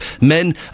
Men